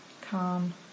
calm